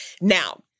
Now